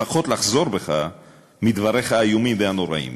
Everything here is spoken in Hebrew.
לפחות לחזור בך מדבריך האיומים והנוראים,